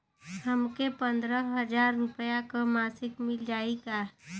हमके पन्द्रह हजार रूपया क मासिक मिल जाई का?